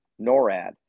NORAD